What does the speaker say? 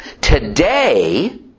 Today